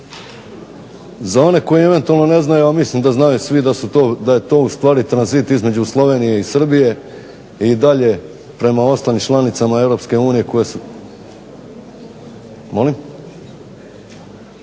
Za one koji eventualno ne znaju a znaju svi da je to tranzit između Slovenije i Srbije i dalje prema ostalim članicama Europske unije. Drugim